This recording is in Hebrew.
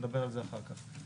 נדבר על זה אחר כך.